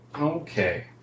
Okay